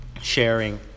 sharing